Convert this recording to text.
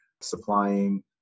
supplying